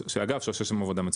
שאגב, עשו שם עבודה מצוינת.